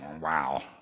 wow